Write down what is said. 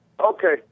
Okay